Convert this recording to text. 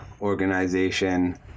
organization